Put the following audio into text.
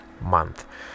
month